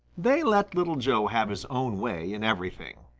they let little joe have his own way in everything.